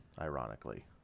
ironically